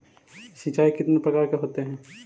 सिंचाई कितने प्रकार के होते हैं?